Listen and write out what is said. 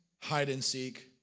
hide-and-seek